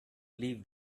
leave